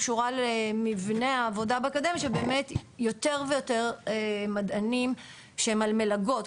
היא קשורה למבנה העבודה באקדמיה שבאמת יותר ויותר מדענים שהם על מלגות,